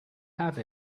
have